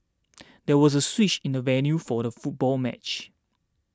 there was a switch in the venue for the football match